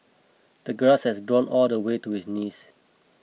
the grass had grown all the way to his knees